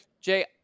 Jay